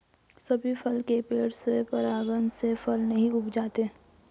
सभी फल के पेड़ स्वयं परागण से फल नहीं उपजाते